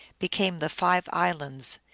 became the five islands.